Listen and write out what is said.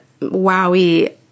wowie